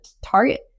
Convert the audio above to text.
target